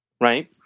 right